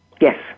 Yes